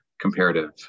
comparative